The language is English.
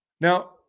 Now